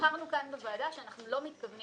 --- הצהרנו כאן בוועדה שאנחנו לא מתכוונים